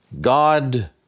God